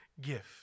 gift